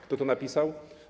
Kto to napisał?